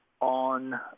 on